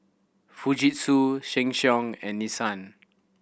Fujitsu Sheng Siong and Nissan